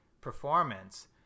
performance